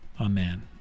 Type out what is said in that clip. Amen